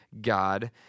God